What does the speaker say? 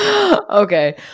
Okay